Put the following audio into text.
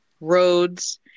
roads